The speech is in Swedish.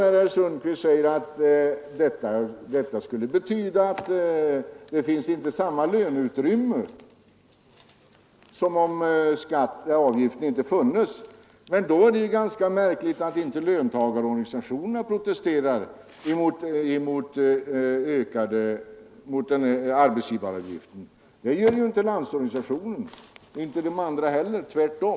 Herr Sundkvist säger att arbetsgivaravgiftens förekomst skulle betyda att man inte har samma löneutrymme som om avgiften inte funnes. I så fall är det ganska märkligt att inte löntagarorganisationerna protesterar mot arbetsgivaravgiften. Det gör inte Landsorganisationen och inte de andra löntagarorganisationerna heller. Tvärtom!